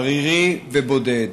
ערירי ובודד.